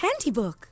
Handybook